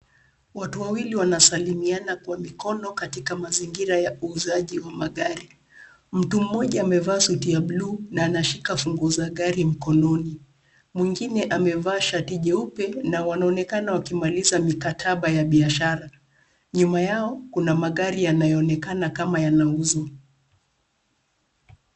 Watu wawili wanasalimiana kwa mikono katika mazingira ya uuzaji wa magari. Mtu mmoja amevaa suti ya bluu na anashika funguo za gari mkononi. Mwingine amevaa shati jeupe na wanaonekana wakimaliza mikataba ya biashara. Nyuma yao kuna magari yanayoonekana kama yanauzwa.